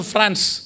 France